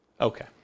Okay